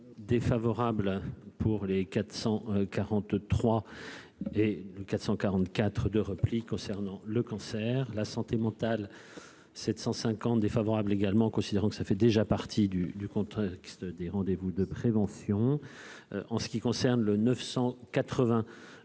quarante-quatre de repli concernant le cancer, la santé mentale 750 défavorable également considérant que ça fait déjà partie du du contexte des rendez- vous de prévention en ce qui concerne le 980